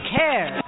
care